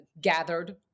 gathered